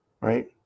right